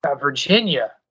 Virginia